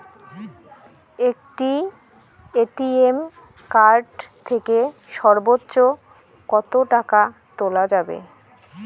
একটি ATM card থেকে সর্বোচ্চ কত টাকা তোলা যাবে?